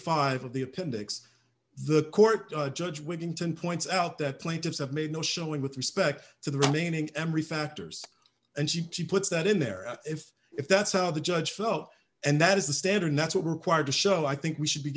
five of the appendix the court judge whittington points out that plaintiffs have made no showing with respect to the remaining embry factors and she puts that in there if if that's how the judge felt and that is the standard that's what require to show i think we should be